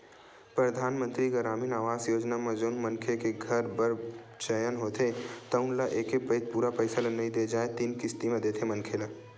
परधानमंतरी गरामीन आवास योजना म जउन मनखे के घर बर चयन होथे तउन ल एके पइत पूरा पइसा ल नइ दे जाए तीन किस्ती म देथे मनखे ल